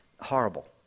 Horrible